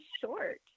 short